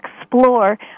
explore